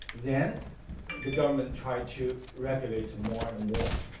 then the government tried to reactivate more and more.